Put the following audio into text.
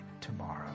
tomorrow